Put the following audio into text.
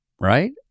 right